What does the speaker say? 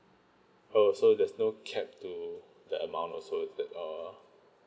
oh so there's no cap to the amount also is that oh